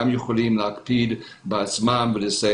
גם יכולים להקפיד ולסייע.